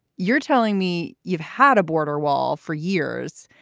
you're telling me you've had a border wall for years.